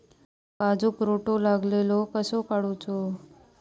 काजूक रोटो लागलेलो कसो काडूचो?